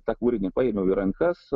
tą kūrinį paėmiau į rankas